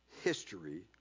history